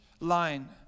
line